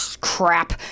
crap